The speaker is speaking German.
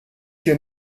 hier